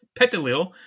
Petalil